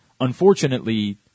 unfortunately